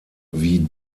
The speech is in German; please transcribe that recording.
wie